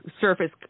surface